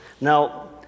Now